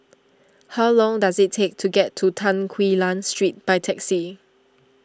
how long does it take to get to Tan Quee Lan Street by taxi